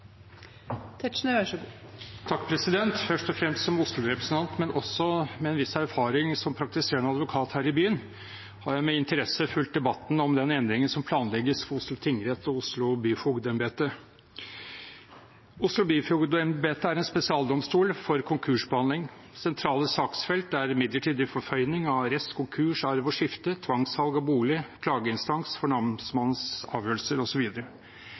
Først og fremst som Oslo-representant, men også med en viss erfaring som praktiserende advokat her i byen har jeg med interesse fulgt debatten om den endringen som planlegges for Oslo tingrett og Oslo byfogdembete. Oslo byfogdembete er en spesialdomstol for konkursbehandling. Sentrale saksfelt er midlertidig forføyning og arrest, konkurs, arv og skifte, tvangssalg av bolig, klageinstans for namsmannens avgjørelser